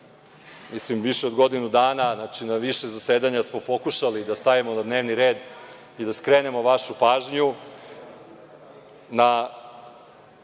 mislim, više od godinu dana, znači, na više zasedanja smo pokušali da stavimo na dnevni red i da skrenemo vašu pažnju na